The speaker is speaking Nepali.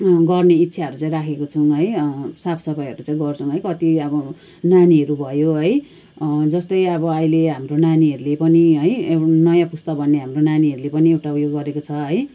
गर्ने इच्छाहरू चाहिँ राखेको छौँ है साफसफाइहरू चाहिँ गर्छौँ है कत्ति अब नानीहरू भयो है जस्तै अब अहिले हाम्रो नानीहरूले पनि है नयाँ पुस्ता भन्ने हाम्रो नानीहरूले पनि एउटा उयो गरेको छ है